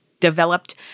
developed